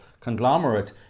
conglomerate